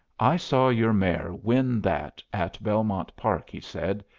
i saw your mare win that at belmont park, he said.